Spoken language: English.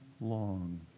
long